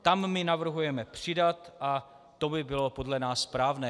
Tam my navrhujeme přidat a to by bylo podle nás správné.